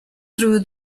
through